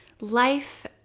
life